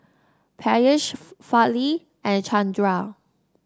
Peyush Fali and Chandra